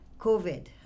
COVID